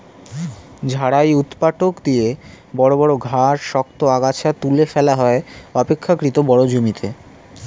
ঝাড়াই ঊৎপাটক দিয়ে বড় বড় ঘাস, শক্ত আগাছা তুলে ফেলা হয় অপেক্ষকৃত বড় জমিতে